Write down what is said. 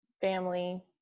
family